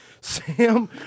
Sam